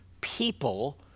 people